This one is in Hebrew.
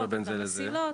את הפסים.